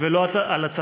ולא על הצתתן.